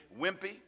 wimpy